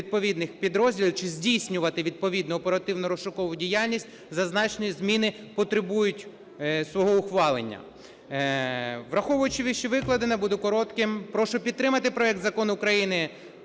підрозділів чи здійснювати відповідно оперативно-розшукову діяльність, зазначені зміни потребують свого ухвалення. Враховуючи вищевикладене, буду коротким: прошу підтримати проект Закону України